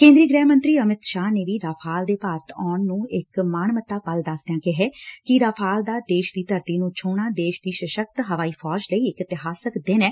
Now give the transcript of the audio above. ਕੇ ਂਦਰੀ ਗੁਹਿ ਮੰਤਰੀ ਅਮਿਤ ਸ਼ਾਹ ਨੇ ਵੀ ਰਾਫ਼ਾਲ ਦੇ ਭਾਰਤ ਆਉਣ ਨੂੰ ਇਕ ਮਾਣਸੱਤਾ ਪਲ ਦਸਦਿਆਂ ਕਿਹੈ ਕਿ ਰਾਫ਼ਾਲ ਦਾ ਦੇਸ਼ ਦੀ ਧਰਤੀ ਨੂੰ ਛੋਹਣਾ ਦੇਸ਼ ਦੀ ਸਸਕਤ ਹਵਾਈ ਫੌਜ ਲਈ ਇਕ ਇਤਿਹਾਸਕ ਦਿਨ ਏ